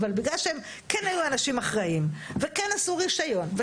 אבל בגלל שהם כן היו אנשים אחראיים וכן עשו רישיון,